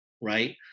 right